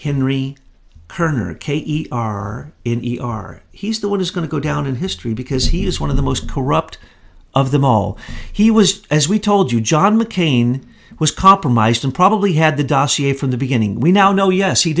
henry kerner are in our he's the one is going to go down in history because he is one of the most corrupt of them all he was as we told you john mccain was compromised and probably had the dasi from the beginning we now know yes he